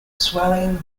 swelling